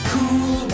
Cool